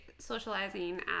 Socializing